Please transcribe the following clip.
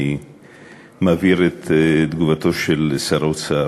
אני מעביר את תגובתו של סגן שר האוצר,